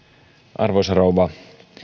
arvoisa rouva